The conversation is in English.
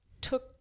took